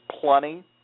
plenty